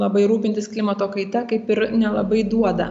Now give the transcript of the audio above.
labai rūpintis klimato kaita kaip ir nelabai duoda